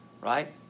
Right